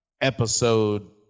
episode